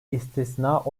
istisna